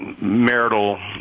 marital